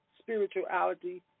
spirituality